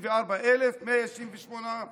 24,168 חיילים.